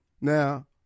Now